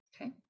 Okay